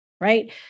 right